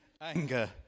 anger